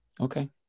Okay